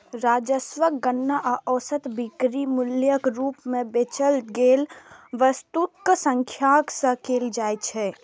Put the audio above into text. राजस्वक गणना औसत बिक्री मूल्यक रूप मे बेचल गेल वस्तुक संख्याक सं कैल जाइ छै